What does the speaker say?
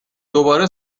دوباره